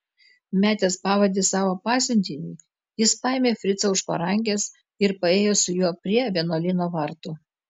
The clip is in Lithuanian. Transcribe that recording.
metęs pavadį savo pasiuntiniui jis paėmė fricą už parankės ir paėjo su juo prie vienuolyno vartų